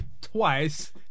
twice